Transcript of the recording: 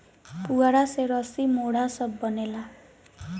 पुआरा से रसी, मोढ़ा सब बनेला